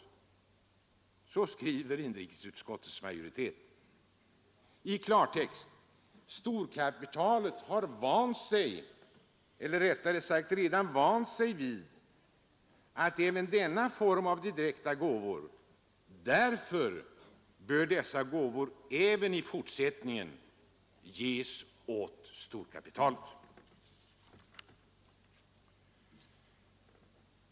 Så skriver inrikesutskottets majoritet. I klartext: Storkapitalet har redan vant sig vid även denna form av direkta gåvor, och därför bör dessa även i fortsättningen ges åt storkapitalet.